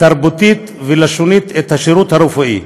תרבותית ולשונית את השירות הרפואי.